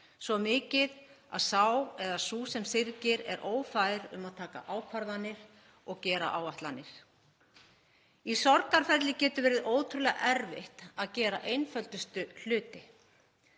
svo mikið að sá eða sú sem syrgir er ófær um að taka ákvarðanir og gera áætlanir. Í sorgarferli getur verið ótrúlega erfitt að gera einföldustu hluti.